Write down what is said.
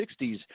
60s